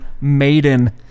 Maiden